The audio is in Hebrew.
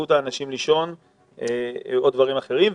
זכות האנשים לישון או דברים אחרים,